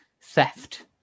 theft